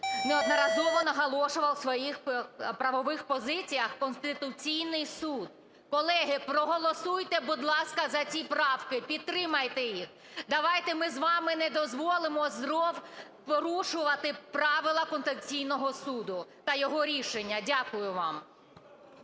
неодноразово наголошував у своїх правових позиціях Конституційний Суд. Колеги, проголосуйте, будь ласка, за ці правки, підтримайте їх. Давайте ми з вами не дозволимо знову порушувати правила Конституційного Суду та його рішення. Дякую вам.